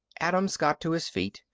adams got to his feet,